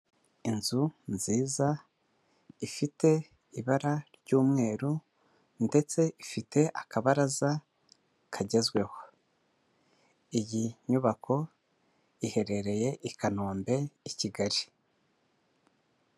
Inzu nziza ifite ibara ry'umweru ndetse ifite akabaraza kagezweho, iyi nyubako iherereye i Kanombe i Kigali.